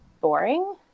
boring